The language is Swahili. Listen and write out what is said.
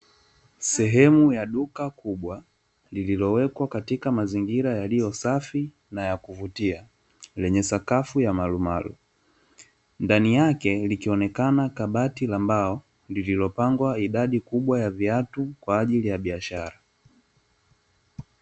Sehemu ya duka kubwa lililowekwa katika mazingira yaliyo safi na ya kuvutia lenye sakafu ya marumaru, ndani yake likionekana kabati la mbao lililopangwa idadi kubwa ya viatu kwa ajili ya biashara.